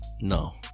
No